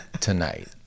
tonight